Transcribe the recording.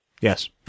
Yes